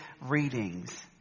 readings